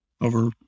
over